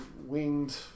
winged